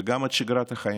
וגם את שגרת החיים.